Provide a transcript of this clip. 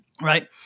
right